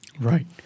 Right